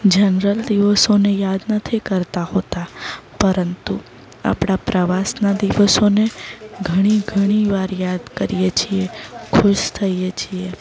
general દિવસોને યાદ નથી કરતા હોતા પરંતુ આપણા પ્રવાસના દિવસોને ઘણી ઘણી વાર યાદ કરીએ છીએ ખુશ થઈએ છીએ